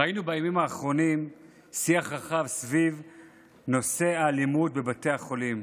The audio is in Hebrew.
ראינו בימים האחרונים שיח רחב בנושא האלימות בבתי החולים,